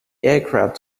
aircraft